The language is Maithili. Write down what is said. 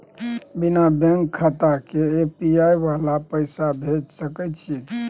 बिना बैंक खाता के यु.पी.आई वाला के पैसा भेज सकै छिए की?